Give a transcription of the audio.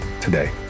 today